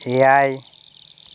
ᱮᱭᱟᱭ